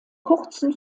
kurzen